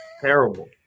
terrible